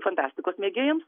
fantastikos mėgėjams